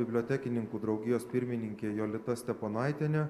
bibliotekininkų draugijos pirmininkė jolita steponaitienė